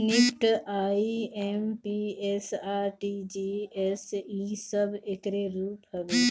NEFT, IMPS, RTGS इ सब एकरे रूप हवे